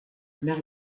mère